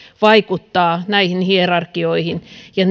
vaikuttaa näihin hierarkioihin ja